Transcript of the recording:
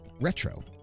retro